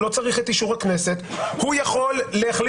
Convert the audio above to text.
הוא לא צריך את אישור הכנסת; הוא יכול להחליט